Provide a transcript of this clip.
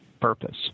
purpose